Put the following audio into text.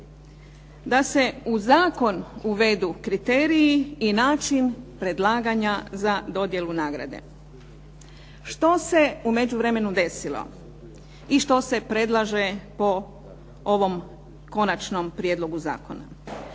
da se u zakon uvedu kriteriji i način predlaganja za dodjelu nagrade. Što se u međuvremenu desilo i što se predlaže po ovom konačnom prijedlogu zakona?